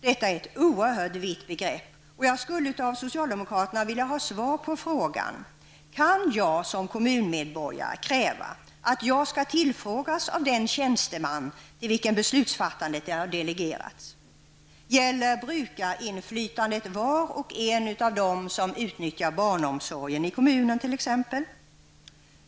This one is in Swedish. Detta är ett oerhört vitt begrepp, och jag skulle av socialdemokraterna vilja ha svar på följande frågor: Kan jag som kommunmedborgare kräva att jag skall tillfrågas av den tjänsteman till vilken beslutsfattandet delegerats? Gäller ''brukarinflytandet'' var och en av dem som utnyttjar t.ex. barnomsorgen i kommunen?